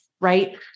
right